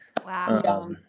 Wow